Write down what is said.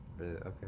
Okay